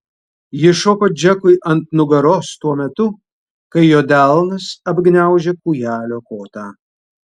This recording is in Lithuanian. ji šoko džekui ant nugaros tuo metu kai jo delnas apgniaužė kūjelio kotą